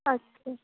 আচ্ছা